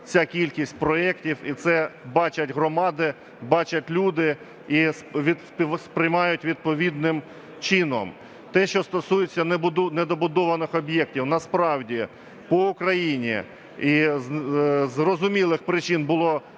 ця кількість проектів, і це бачать громади, бачать люди і сприймають відповідним чином. Те, що стосується недобудованих об'єктів, насправді по Україні із зрозумілих причин було